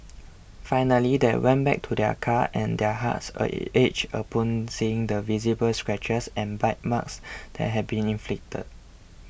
finally they went back to their car and their hearts ached upon seeing the visible scratches and bite marks that had been inflicted